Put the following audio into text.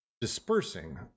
Dispersing